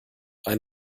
ein